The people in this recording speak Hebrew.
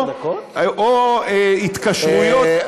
או התקשרויות,